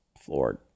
floored